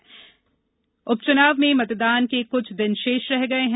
मध्य प्रदेश उपचुनाव में मतदान के कुछ दिन शेष रह गए हैं